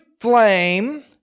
flame